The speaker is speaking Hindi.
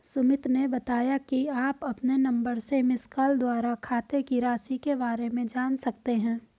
सुमित ने बताया कि आप अपने नंबर से मिसकॉल द्वारा खाते की राशि के बारे में जान सकते हैं